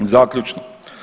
Zaključno.